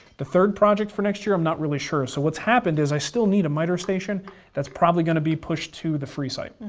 the third project for next year i'm not really sure, so what's happened is i still need a miter station that's probably going to be pushed to the free side.